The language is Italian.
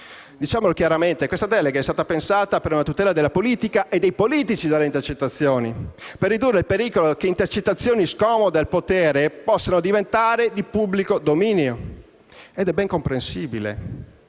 Diciamolo chiaramente: questa delega é stata pensata per una tutela della politica e dei politici dalle intercettazioni, per ridurre il pericolo che intercettazioni scomode al potere possano diventare di pubblico dominio. E ciò è ben comprensibile,